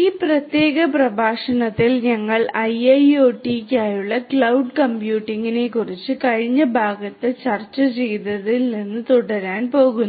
ഈ പ്രത്യേക പ്രഭാഷണത്തിൽ ഞങ്ങൾ IIoT യ്ക്കായുള്ള ക്ലൌഡ് കമ്പ്യൂട്ടിംഗിനെക്കുറിച്ച് കഴിഞ്ഞ ഭാഗത്ത് ചർച്ച ചെയ്തതിൽ നിന്ന് തുടരാൻ പോകുന്നു